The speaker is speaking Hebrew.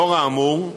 לאור האמור,